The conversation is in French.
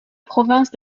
province